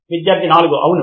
విద్యార్థి 4 అవును